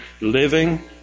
living